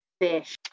fish